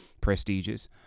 prestigious